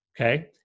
Okay